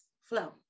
flow